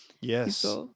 Yes